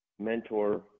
mentor